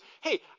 hey